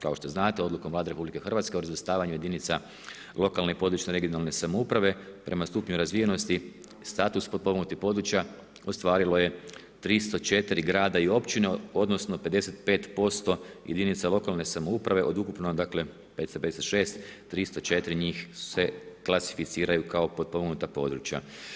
Kao što znate, odlukom Vlade RH o razvrstavanju jedinica lokalne i područne, regionalne samouprave prema stupnju razvijenosti status potpomognutih područja ostvarilo je 304 grada i općine odnosno 55% jedinica lokalne samouprave od ukupno 556, 304 njih se klasificiraju kao potpomognuta područja.